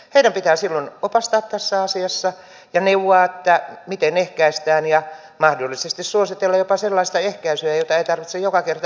heidän pitää silloin opastaa tässä asiassa ja neuvoa miten ehkäistään ja mahdollisesti suositella jopa sellaista ehkäisyä jota ei tarvitse joka kerta erikseen laittaa